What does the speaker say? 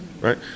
right